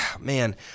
Man